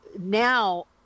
now